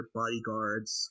bodyguards